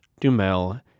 dumel